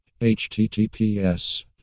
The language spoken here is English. HTTPS